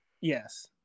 yes